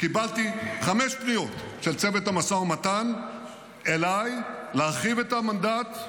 קיבלתי אליי חמש פניות של צוות המשא ומתן להרחיב את המנדט,